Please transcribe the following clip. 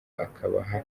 akabaha